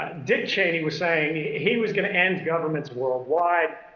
dick cheney was saying he was going to end governments worldwide,